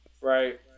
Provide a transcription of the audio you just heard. Right